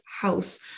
house